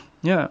ya